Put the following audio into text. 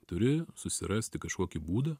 turi susirasti kažkokį būdą